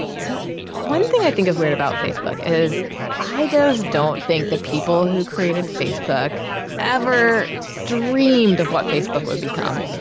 so one thing i think is weird about facebook is i just don't think that people who created facebook ever dreamed of what facebook would become.